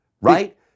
right